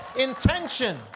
Intention